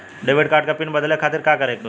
Debit card क pin बदले खातिर का करेके होई?